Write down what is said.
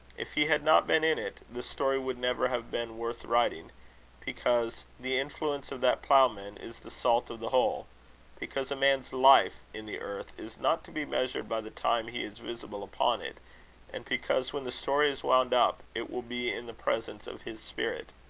if he had not been in it, the story would never have been worth writing because the influence of that ploughman is the salt of the whole because a man's life in the earth is not to be measured by the time he is visible upon it and because, when the story is wound up, it will be in the presence of his spirit.